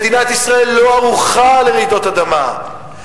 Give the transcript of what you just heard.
מדינת ישראל לא ערוכה לרעידות אדמה,